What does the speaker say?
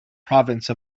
province